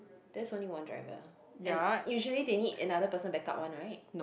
there is only one driver and usually they need another person back up one right